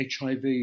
HIV